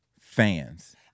Fans